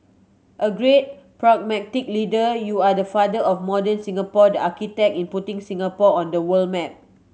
a great pragmatic leader you are the father of modern Singapore the architect in putting Singapore on the world map